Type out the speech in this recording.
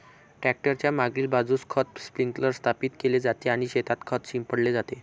tractor च्या मागील बाजूस खत स्प्रिंकलर स्थापित केले जाते आणि शेतात खत शिंपडले जाते